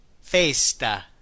Festa